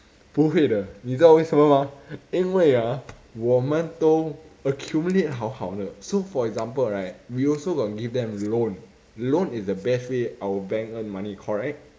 不会的你知道为什么吗因为 ah 我们都 accumulate 好好的 so for example right we also got give them loan loan is the best way our bank earn money correct